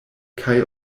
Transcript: kaj